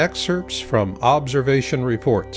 excerpts from observation report